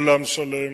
עולם שלם,